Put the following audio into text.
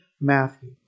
Matthew